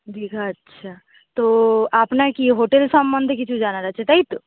দীঘা আচ্ছা তো আপনার কি হোটেল সম্বন্ধে কিছু জানার আছে তাই তো